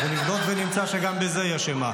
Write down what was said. אנחנו נבדוק ונמצא שגם בזה היא אשמה.